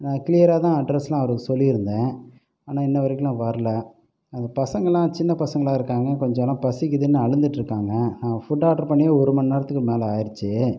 நான் கிளியராக தான் அட்ரெஸ்லாம் அவருக்கு சொல்லியிருந்தேன் ஆனால் இன்ன வரைக்கிலும் இன்னும் வரல அது பசங்களாம் சின்ன பசங்களாக இருக்காங்க கொஞ்சம் ஆனால் பசிக்கிதுன்னு அழுதுட்டு இருக்காங்க நான் ஃபுட் ஆர்டர் பண்ணியே ஒரு மணிநேரத்துக்கு மேலே ஆகிடுச்சி